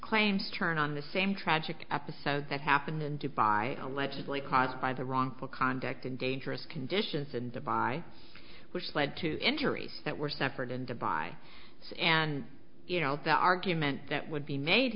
claim turn on the same tragic episode that happened in dubai allegedly caused by the wrongful conduct and dangerous conditions and by which led to injuries that were suffered and by and you know the argument that would be made